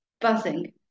buzzing